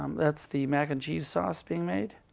um that's the mac and cheese sauce being made.